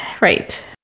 right